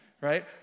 right